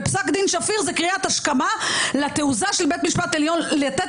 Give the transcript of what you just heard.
ופסק דין שפיר זה קריאת השכמה לתעוזה של בית משפט העליון לתת